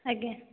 ଆଜ୍ଞା